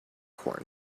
corn